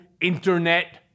internet